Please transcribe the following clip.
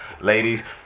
ladies